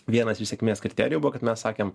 vienas iš sėkmės kriterijų buvo kad mes sakėm